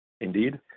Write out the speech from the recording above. Indeed